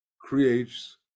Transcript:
creates